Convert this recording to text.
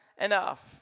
enough